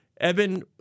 Evan